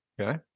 Okay